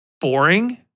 boring